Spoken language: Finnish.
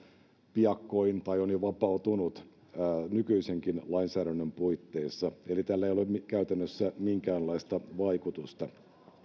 piakkoin tai on jo vapautunut nykyisenkin lainsäädännön puitteissa eli tällä ei ole käytännössä minkäänlaista vaikutusta